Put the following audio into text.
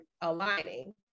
aligning